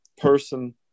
person